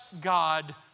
God